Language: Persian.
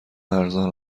ارزان